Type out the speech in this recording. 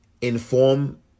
inform